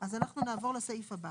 אז אנחנו נעבור לסעיף הבא.